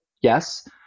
yes